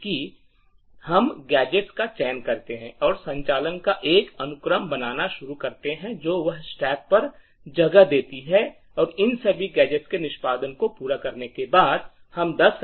क्या हम गैजेट्स का चयन करते हैं और संचालन का एक अनुक्रम बनाना शुरू करते हैं जो वह स्टैक पर जगह देते हैं कि इन सभी गैजेट्स के निष्पादन को पूरा करने के बाद हम 10